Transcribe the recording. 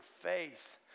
faith